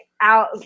out